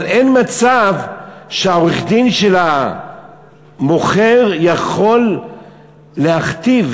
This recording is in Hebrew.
אבל אין מצב שהעורך-דין של המוכר יכול להכתיב,